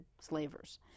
slavers